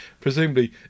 presumably